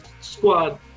squad